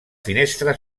finestra